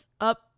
up